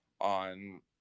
on